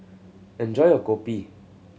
enjoy your Kopi